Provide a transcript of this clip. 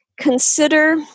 consider